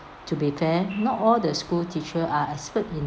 to be fair not all the school teacher are expert in